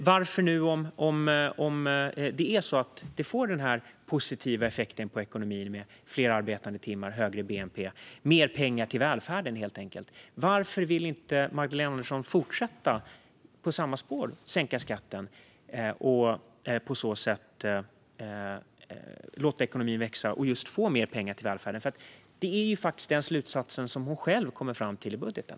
Om fler arbetade timmar och högre bnp får den positiva effekten på ekonomin, det vill säga mer pengar till välfärden, varför vill hon inte fortsätta på samma spår och sänka skatten, låta ekonomin växa och på så sätt få mer pengar till välfärden? Det är den slutsatsen hon själv kommer fram till i budgeten.